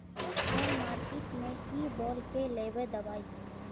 हम मार्किट में की बोल के लेबे दवाई?